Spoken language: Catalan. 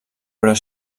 però